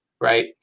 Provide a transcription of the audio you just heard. right